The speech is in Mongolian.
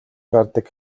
гардаг